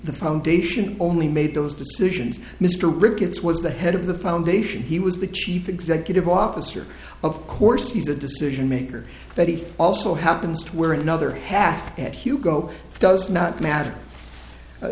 the foundation only made those decisions mr ricketts was the head of the and asian he was the chief executive officer of course he's a decision maker but he also happens to wear another hack at hugo does not matter